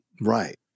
Right